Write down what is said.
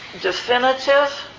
definitive